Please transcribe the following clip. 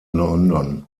london